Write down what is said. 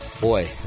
Boy